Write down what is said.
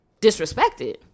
disrespected